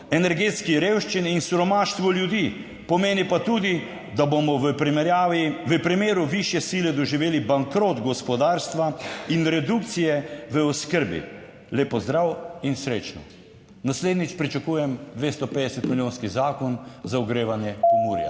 energetski revščini in siromaštvo ljudi. Pomeni pa tudi, da bomo v primeru višje sile doživeli bankrot gospodarstva in redukcije v oskrbi. Lep pozdrav in srečno. " Naslednjič pričakujem 250 milijonski zakon za ogrevanje Pomurja.